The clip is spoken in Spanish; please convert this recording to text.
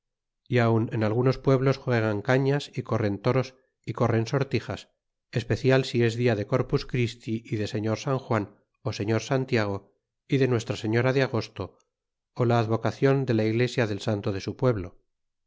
y aun en algunos pueblos juegan cañas y corren toros y corren sortijas especial si es dia de corpus christi y de señor san juan ó señor santiago y de nuestra señora de agosto ó la advocacion de la iglesia del santo de su pueblo